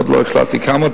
עוד לא החלטתי כמה,